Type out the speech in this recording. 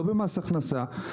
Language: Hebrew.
לא במס הכנסה,